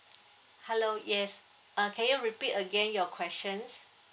hello yes uh can you repeat again your questions